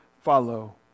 follow